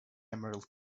emerald